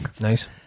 nice